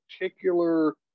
particular